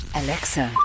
alexa